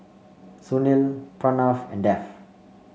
Sunil Pranav and Dev